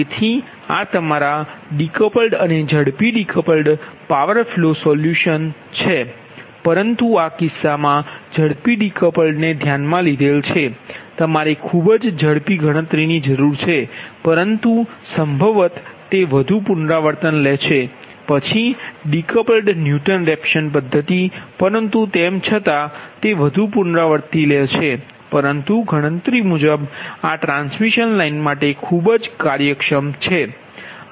તેથી આ તમારા ડીકપલ્ડ અને ઝડપી ડીકપલ્ડ પાવર ફ્લો સોલ્યુશન્સ જરૂર છે પરંતુ આ કિસ્સામાં ઝડપી ડીકપલ્ડ ને ધ્યાનમા લીધેલ છે તમારે ખૂબ જ ઝડપી ગણતરીની જરૂર છે પરંતુ સંભવત તે વધુ પુનરાવર્તન લે છે પછી ડીકપલ્ડ ન્યુટન રેફસન પદ્ધતિ પરંતુ તેમ છતાં તે વધુ પુનરાવૃત્તિ લે છે પરંતુ ગણતરી મુજબ આ ટ્રાન્સમિશન લાઇન માટે ખૂબ કાર્યક્ષમ છે